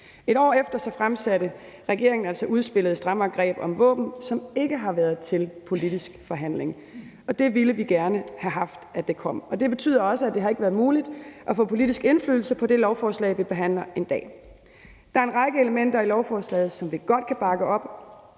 Et år efter fremsatte regeringen altså udspillet »Strammere greb om våben«, som ikke har været til politisk forhandling, og det ville vi gerne have haft at det kom. Det betyder også, at det ikke har været muligt at få politisk indflydelse på det lovforslag, vi behandler i dag. Der er en række elementer i lovforslaget, som vi godt kan bakke op